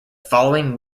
following